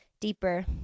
deeper